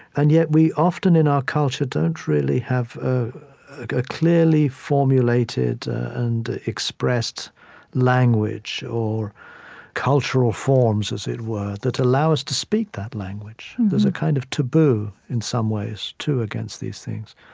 and yet, we often, in our culture, don't really have ah a clearly formulated and expressed language, or cultural forms, as it were, that allow us to speak that language. there's a kind of taboo in some ways, too, against these things